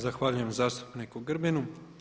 Zahvaljujem zastupniku Grbinu.